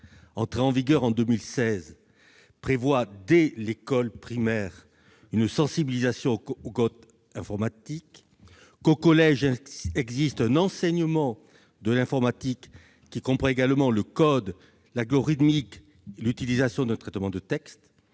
entrés en vigueur en 2016, prévoient, dès l'école primaire, une sensibilisation au codage informatique. Par ailleurs, il existe au collège un enseignement de l'informatique, qui comprend également le code, l'algorithmique et l'utilisation d'un traitement de texte.